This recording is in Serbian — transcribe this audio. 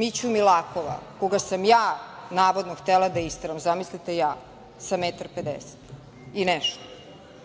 Miću Milakova koga sam ja navodno htela da isteram. Zamislite, ja sa metar